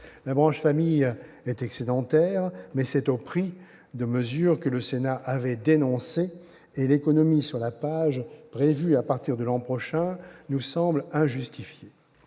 La branche famille est excédentaire, mais c'est au prix de mesures que le Sénat avait dénoncées, et l'économie sur la PAJE, prévue à partir de l'an prochain, nous semble injustifiée.